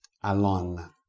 alone